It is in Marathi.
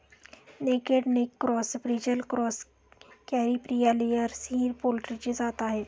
naked neck cross, frizzle cross, Caripriya layers ही पोल्ट्रीची जात आहे